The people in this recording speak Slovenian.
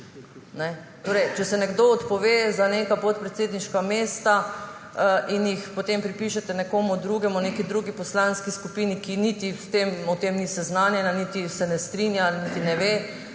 Torej če se nekdo odpove nekim podpredsedniškim mestom in jih potem pripišete nekomu drugemu, neki drugi poslanski skupini, ki o tem niti ni seznanjena niti se ne strinja niti ne ve,